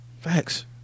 Facts